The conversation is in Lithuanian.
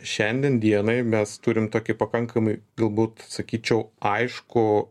šiandien dienai mes turim tokį pakankamai galbūt sakyčiau aiškų